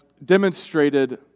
demonstrated